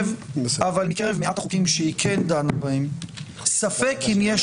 אבל מקרב מעט החוקים שהיא כן דנה בהם ספק אם יש